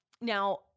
Now